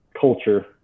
culture